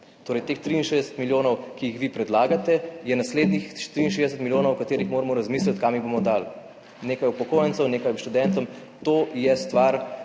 Torej teh 63 milijonov, ki jih vi predlagate, je naslednjih 63 milijonov, o katerih moramo razmisliti, kam jih bomo dali: nekaj upokojencem, nekaj študentom. To je stvar,